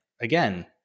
again